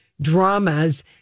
dramas